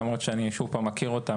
למרות שאני מכיר אותם,